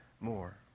more